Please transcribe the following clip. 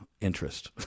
interest